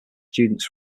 students